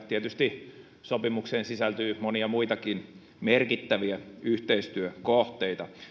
tietysti sopimukseen sisältyy monia muitakin merkittäviä yhteistyökohteita